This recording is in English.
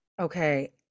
okay